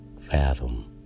fathom